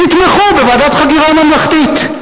תתמכו בוועדת חקירה ממלכתית.